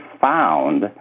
found